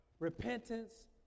Repentance